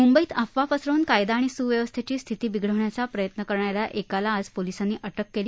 मुंबईत अफवा पसरवून कायदा आणि सुव्यवस्थेची स्थिती बिघडवण्याचा प्रयत्न करणाऱ्या एकाला आज पोलिसांनी अटक केली